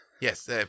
Yes